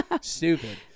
stupid